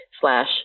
slash